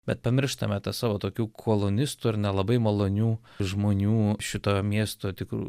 bet pamirštame tą savo tokių kolonistų ir nelabai malonių žmonių šito miesto tikrų